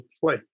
play